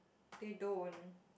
they don't